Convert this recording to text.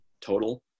total